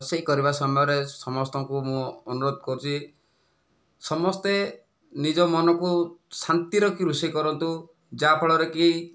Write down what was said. ରୋଷେଇ କରିବା ସମୟରେ ସମସ୍ତଙ୍କୁ ମୁଁ ଅନୁରୋଧ କରୁଛି ସମସ୍ତେ ନିଜ ମନକୁ ଶାନ୍ତି ରଖି ରୋଷେଇ କରନ୍ତୁ ଯାହା ଫଳରେ କି